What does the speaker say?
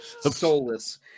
soulless